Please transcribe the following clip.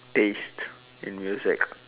taste in music